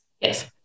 Yes